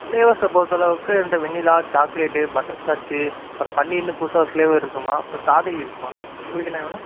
ஃப்ளேவர்ஸை பொறுத்தளவுக்கு இந்த vanilla chocolate butterscotch அப்புறம் பன்னீர்னு புதுசாக ஒரு ஃப்ளேவர் இருக்கும்மா அப்புறம் ஸ்டாபெரி இருக்கும்மா உங்களுக்கு என்ன வேணும்